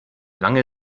lange